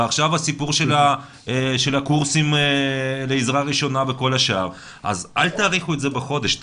ועכשיו הסיפור של הקורסים לעזרה ראשונה אז אל תאריכו את זה בחודש,